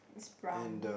it's brown